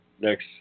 next